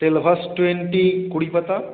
টেলভাস twenty কুড়ি পাতা